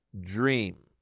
dream